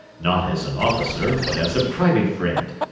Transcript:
not as an officer, but as a private friend.